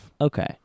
Okay